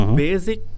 basic